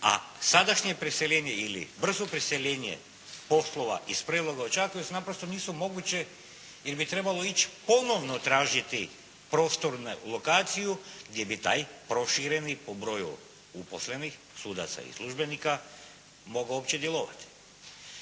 a sadašnje preseljenje ili brzo preseljenje poslova iz Preloga u Čakovec naprosto nisu moguće jer bi trebalo ponovno tražiti prostornu lokaciju gdje bi taj prošireni po broju uposlenih sudaca i službenika mogao uopće djelovati.